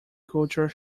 culture